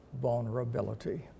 vulnerability